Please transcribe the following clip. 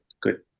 good